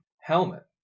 Helmet